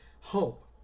hope